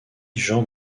jean